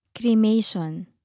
Cremation